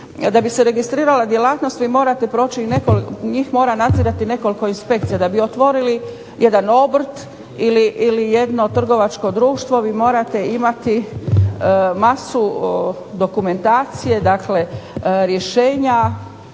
da bi se registrirale djelatnosti morate proći, njih mora nadzirati nekoliko inspekcija, da bi otvorili jedan obrt ili jedno trgovačko društvo vi morate imati masu dokumentacije, dakle rješenja,